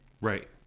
Right